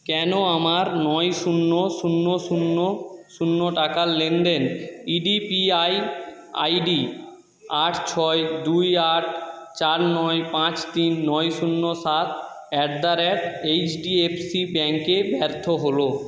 কেন আমার নয় শূন্য শূন্য শূন্য শূন্য টাকার লেনদেন ইডিপিআই আইডি আট ছয় দুই আট চার নয় পাঁচ তিন নয় শূন্য সাত অ্যাট দা রেট এইচডিএফসি ব্যাঙ্কে ব্যর্থ হল